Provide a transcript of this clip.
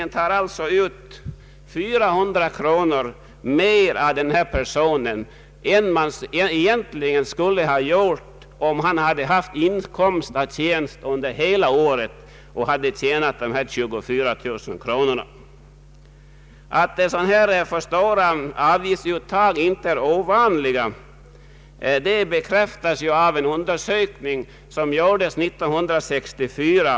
Man tar alltså i ATP-avgift ut 400 kronor mer av denna person än som egentligen skulle ha skett om han haft inkomst av tjänst under hela året och den inkomsten utgjort 24 000 kronor. Att sådana här avgiftsuttag inte är ovanliga, bekräftas av en undersökning som gjordes 1964.